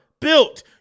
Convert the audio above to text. Built